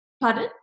Pardon